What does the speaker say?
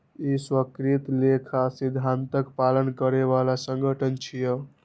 ई स्वीकृत लेखा सिद्धांतक पालन करै बला संगठन छियै